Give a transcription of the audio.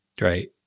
right